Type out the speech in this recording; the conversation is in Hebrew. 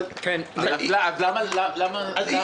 אם ממילא רוויזיה מצריכה דיון לא הבנתי.